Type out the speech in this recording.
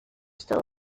still